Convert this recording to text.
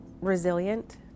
resilient